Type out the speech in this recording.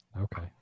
Okay